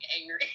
angry